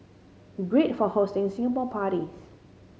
great for hosting Singapore parties